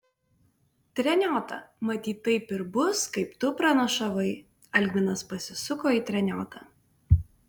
treniota matyt taip ir bus kaip tu pranašavai algminas pasisuko į treniotą